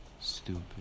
Stupid